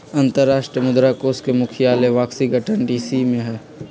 अंतरराष्ट्रीय मुद्रा कोष के मुख्यालय वाशिंगटन डीसी में हइ